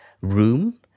room